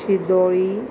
शिदोळी